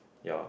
ya